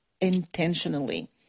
intentionally